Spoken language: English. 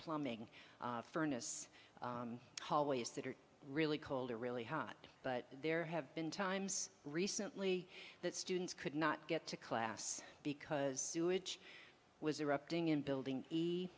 plumbing furnace hallways that are really cold or really hot but there have been times recently that students could not get to class because sewage was erupting in building e